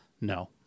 no